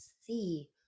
see